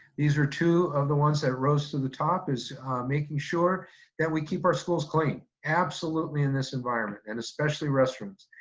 these were two of the ones that rose to the top is making sure that we keep our schools clean. absolutely in this environment, and especially restrooms.